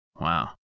Wow